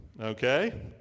okay